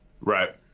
Right